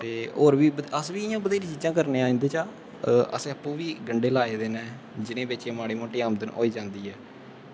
ते होर बी अस बी इ'यां बत्हेरियां करने आं अपने बिच्चा ते ओह्दे बी गंडे लाये दे न जि'नें गी बेचियै माड़ी मोटी आमदन होई जंदी ऐ